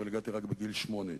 אבל הגעתי רק בגיל שמונה.